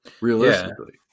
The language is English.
realistically